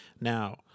Now